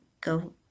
go